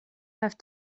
have